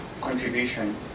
contribution